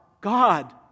God